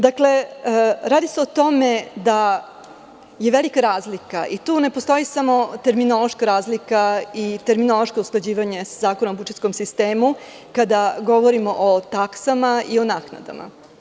Dakle, radi se o tome da je velika razlika, i tu ne postoji samo terminološka razlika i terminološko usklađivanje sa Zakonom o budžetskom sistemu, kada govorimo o taksama i o naknadama.